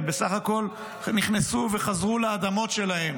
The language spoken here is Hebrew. שהם בסך הכול נכנסו וחזרו לאדמות שלהם